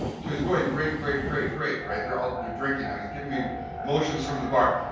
so he's going, great, great, great, great. right? they're ah they're drinking now. he's giving me motions from the bar.